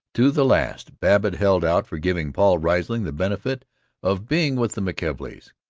to the last babbitt held out for giving paul riesling the benefit of being with the mckelveys.